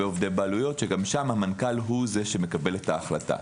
עובדי בעלויות שגם שם המנכ"ל הוא שמקבל את ההחלטה.